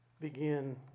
begin